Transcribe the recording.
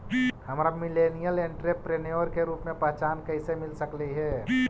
हमरा millennial entrepreneur के रूप में पहचान कइसे मिल सकलई हे?